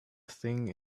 thing